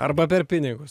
arba per pinigus